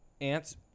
ants